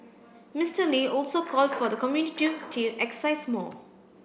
Mister Lee also called for the community to exercise more